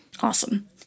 Awesome